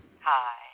Hi